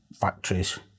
factories